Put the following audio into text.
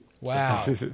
wow